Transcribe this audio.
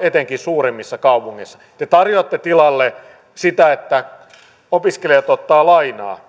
etenkään suuremmissa kaupungeissa te tarjoatte tilalle sitä että opiskelijat ottavat lainaa